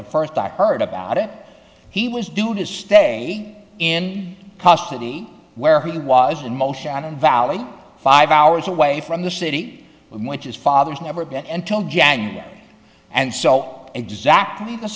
the first i heard about it he was doing is staying in custody where he was in motion and in valley five hours away from the city which is fathers never get into january and so exactly the